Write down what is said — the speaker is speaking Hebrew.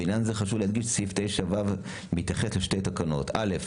ובעניין זה חשוב להדגיש שסעיף 9(ו) מתייחס לשתי תקנות: א.